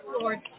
Lord